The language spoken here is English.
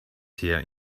here